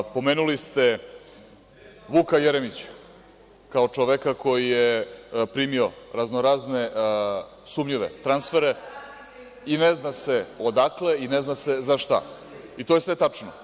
Pomenuli ste Vuka Jeremića kao čoveka koji je primio raznorazne sumnjive transfere i ne zna se odakle i ne zna se za šta, i to je sve tačno.